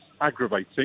aggravating